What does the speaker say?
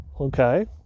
okay